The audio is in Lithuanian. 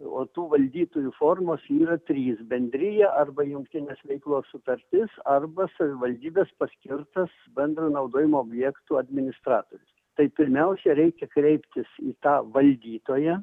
o tų valdytojų formos yra trys bendrija arba jungtinės veiklos sutartis arba savivaldybės paskirtas bendro naudojimo objektų administratorius tai pirmiausia reikia kreiptis į tą valdytoją